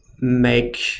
make